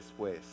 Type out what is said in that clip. después